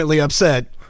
upset